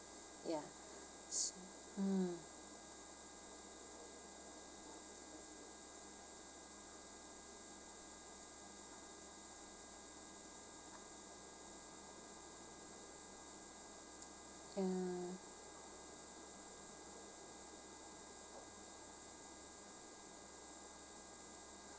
ya so mm yeah